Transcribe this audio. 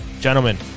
Gentlemen